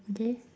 okay